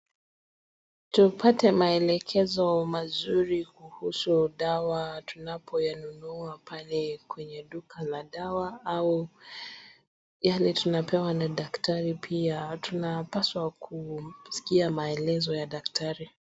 Tupate maelekezo mazuri kuhusu dawa tunapoyannunua pale kwenye duka la dawa au yale tunapewa na daktari pia tunapaswa kumsikia maelezo ya daktari.